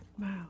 Wow